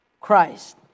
Christ